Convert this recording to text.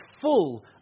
full